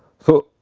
so,